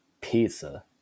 pizza